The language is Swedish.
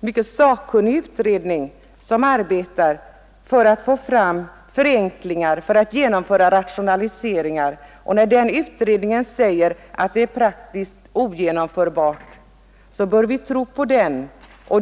mycket sakkunnig utredning som arbetar för att få fram förenklingar, för att genomföra rationaliseringar och när den utredningen säger att det är praktiskt ogenomförbart, bör vi tro på den.